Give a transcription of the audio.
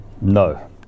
No